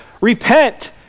repent